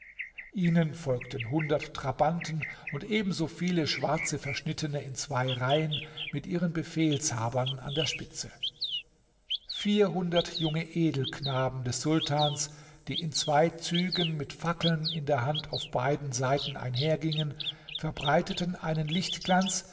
ihnen folgten hundert trabanten und ebenso viele schwarze verschnittene in zwei reihen mit ihren befehlshabern an der spitze vierhundert junge edelknaben des sultans die in zwei zügen mit fackeln in der hand auf beiden seiten einhergingen verbreiteten einen lichtglanz